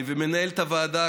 מנהלת הוועדה,